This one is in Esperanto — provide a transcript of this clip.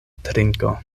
trinko